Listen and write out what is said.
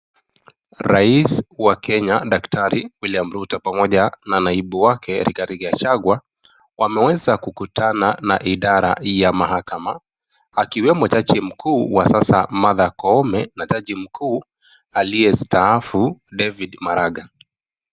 Rais wa Kenya daktari William Ruto pamoja na naibu wake Rigathi Gachagua wameweza kukutana na idara ya mahakama akiwemo jaji mkuu wa sasa Martha Koome na jaji mkuu aliyestaafu David Maraga.